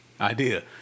idea